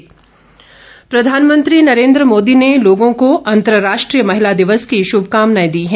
प्रधानमंत्री प्रधानमंत्री नरेन्द्र मोदी ने लोगों को अंतर्राष्ट्रीय महिला दिवस की शुभकामनाएं दी हैं